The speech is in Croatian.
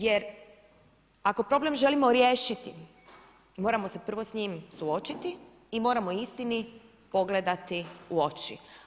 Jer ako problem želimo riješiti, moramo se prvo s njim suočiti i moramo istini pogledati u oči.